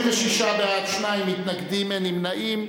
36 בעד, שניים מתנגדים, אין נמנעים.